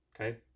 Okay